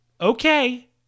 okay